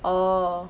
oh